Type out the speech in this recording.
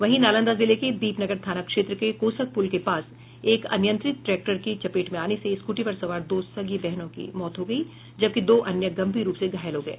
वहीं नालंदा जिले के दीपनगर थाना क्षेत्र के कोसक पुल के पास एक अनियंत्रित ट्रैकटर की चपेट में आने से स्कूटी पर सवार दो सगी बहनों की मौत हो गयी जबकि दो अन्य गंभीर रूप से घायल हो गए